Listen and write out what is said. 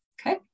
Okay